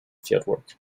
fieldwork